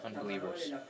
unbelievers